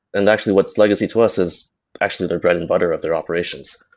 and actually, what's legacy to us is actually their bread and butter of their operations.